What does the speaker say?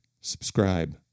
subscribe